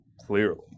clearly